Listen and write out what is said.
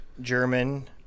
German